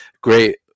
great